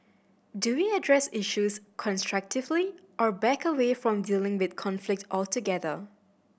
do we address issues constructively or back away from dealing with conflict altogether